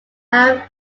have